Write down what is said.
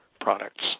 products